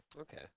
Okay